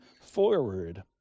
forward